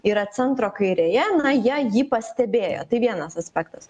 yra centro kairėje na jie jį pastebėjo tai vienas aspektas